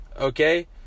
okay